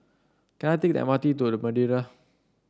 can I take the M R T to The Madeira